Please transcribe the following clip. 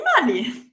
money